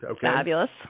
fabulous